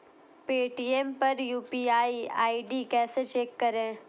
Paytm पर UPI ID कैसे check करें?